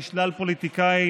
משלל פוליטיקאים,